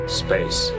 space